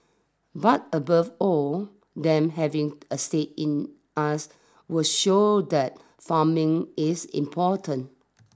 but above all them having a stake in us will show that farming is important